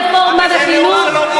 רפורמה בחינוך,